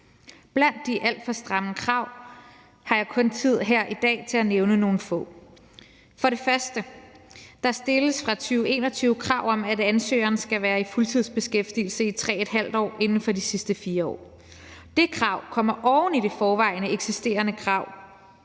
Blandt de alt for stramme krav har jeg her i dag kun tid til at nævne nogle få. For det første stilles der fra 2021 krav om, at ansøgeren skal være i fuldtidsbeskæftigelse i 3½ år inden for de sidste 4 år. Det krav kommer oven i det i forvejen eksisterende krav